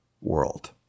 world